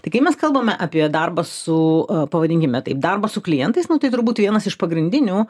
tai kai mes kalbame apie darbą su pavadinkime taip darbą su klientais nu tai turbūt vienas iš pagrindinių